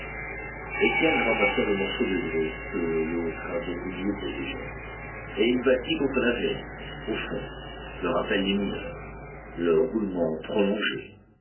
étienne ramassa le morceau de grès que l'autre avait émietté déjà et il battit contre la veine au fond le rappel des mineurs le roulement prolongé